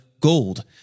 gold